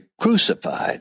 crucified